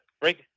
Break